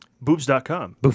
Boobs.com